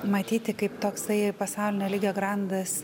matyti kaip toksai pasaulinio lygio grandas